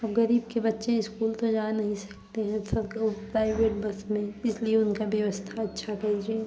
अब गरीब के बच्चे इस्कूल तो जा नहीं सकते हैं सब ओ प्राइवेट बस में इसलिए उनका व्यवस्था अच्छा कीजिए